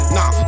Nah